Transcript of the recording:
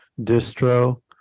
distro